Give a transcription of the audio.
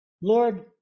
Lord